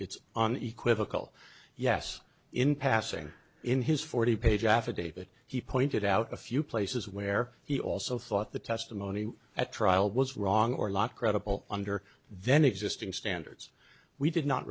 it's an equal yes in passing in his forty page affidavit he pointed out a few places where he also thought the testimony at trial was wrong or law credible under then existing standards we did not